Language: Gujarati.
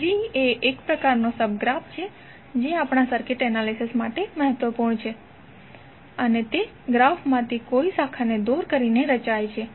ટ્રી એ એક પ્રકારનો સબ ગ્રાફ છે જે આપણા સર્કિટ એનાલિસિસ માટે મહત્વપૂર્ણ છે અને તે ગ્રાફમાંથી કોઈ શાખાને દૂર કરીને રચાય છે